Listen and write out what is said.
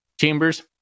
Chambers